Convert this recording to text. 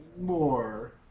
More